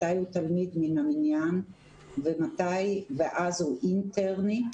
מתי הוא תלמיד מן המניין ואז הוא אינטרני,